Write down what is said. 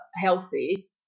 healthy